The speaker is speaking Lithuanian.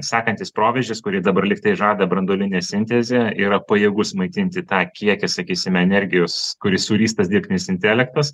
sakantis provežis kuri dabar lygtai žada branduolinė sintezė yra pajėgus maitinti tą kiekį sakysime energijos kuris sukeistas dirbtinis intelektas